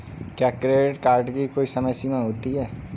क्या credit card की कोई समय सीमा होती है?